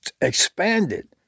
expanded